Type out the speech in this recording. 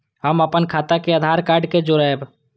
हम अपन खाता के आधार कार्ड के जोरैब?